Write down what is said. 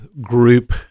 group